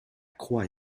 croix